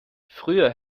früher